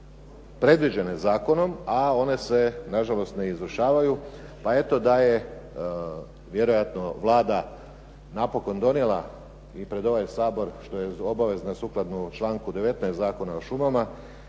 predviđene zakonom, a one se na žalost ne izvršavaju pa eto da je Vlada vjerojatno napokon donijela i pred ovaj Sabor što je obavezno sukladno članku 19. Zakona o šumama,